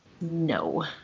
No